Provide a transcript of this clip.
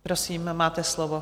Prosím, máte slovo.